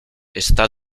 está